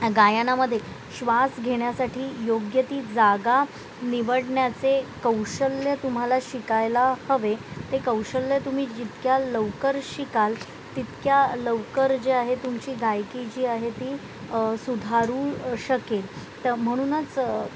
गायनामध्ये श्वास घेण्यासाठी योग्य ती जागा निवडण्याचे कौशल्य तुम्हाला शिकायला हवे ते कौशल्य तुम्ही जितक्या लवकर शिकाल तितक्या लवकर जे आहे तुमची गायकी जी आहे ती सुधारू शकेल तर म्हणूनच